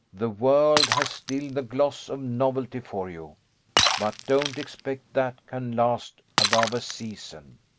the world has still the gloss of novelty for you but don't expect that can last above a season.